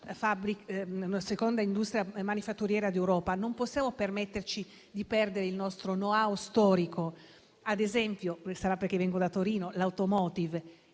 seconda industria manifatturiera d'Europa e non possiamo permetterci di perdere il nostro *know-how* storico, ad esempio nel settore dell'*automotive*